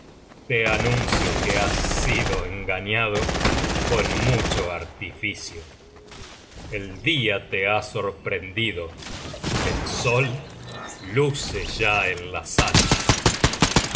te anuncio que has sido engañado con mucho artificio el dia te ha sorprendido el sol luce ya en la sala